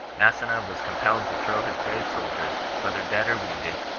massena was compelled to throw his brave soldiers, whether dead or wounded,